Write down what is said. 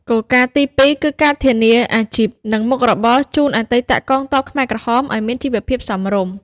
គោលការណ៍ទីពីរ គឺការធានាអាជីព និងមុខរបរជូនអតីតកងទ័ពខ្មែរក្រហមឱ្យមានជីវភាពសមរម្យ។